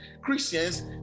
Christians